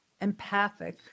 empathic